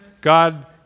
God